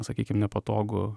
sakykime nepatogų